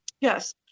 Yes